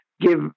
give